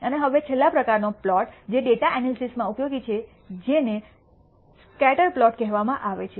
હવે છેલ્લા પ્રકારનો પ્લોટ જે ડેટા એનાલિસિસ માં ઉપયોગી છે તે જેને સ્કેટર પ્લોટ કહેવામાં આવે છે